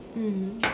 mm